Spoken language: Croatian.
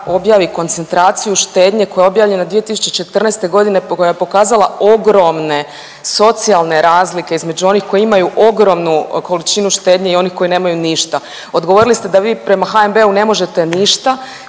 objavi koncentraciju štednje koja je objavljena 2014.g. koja je pokazala ogromne socijalne razlike između onih koji imaju ogromnu količinu štednje i onih koji nemaju ništa, odgovorili ste da vi prema HNB-u ne možete ništa.